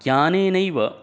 ज्ञानेनैव